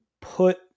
put